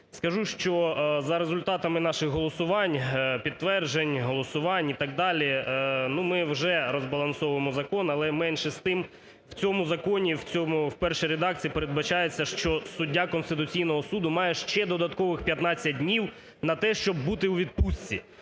Скажу, що за результатами наших голосувань, підтверджень, голосувань і так далі, ну, ми вже розбалансовуємо закон. Але менше з тим в цьому законі в першій редакції передбачається, що суддя Конституційного Суду має ще додаткових 15 днів на те, щоб бути у відпустці,